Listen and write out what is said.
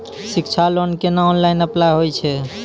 शिक्षा लोन केना online apply होय छै?